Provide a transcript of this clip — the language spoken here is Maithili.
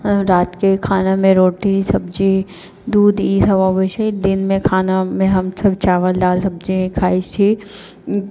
रातिके खानामे रोटी सब्जी दूध ई सभ अबै छै दिनमे खानामे हम सभ चावल दालि सब्जी सभ खाइ छी